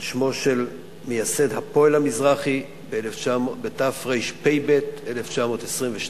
על שמו של מייסד "הפועל המזרחי" בתרפ"ב, 1922,